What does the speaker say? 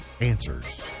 answers